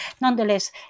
nonetheless